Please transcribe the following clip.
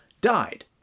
died